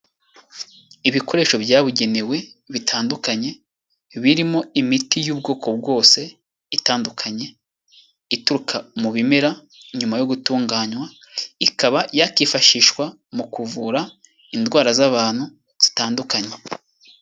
Ibikoresho byabugenewe bitandukanye, birimo imiti y'ubwoko bwose itandukanye, ituruka mu bimera nyuma yo gutunganywa, ikaba yakifashishwa mu kuvura indwara z'abantu zitandukanye.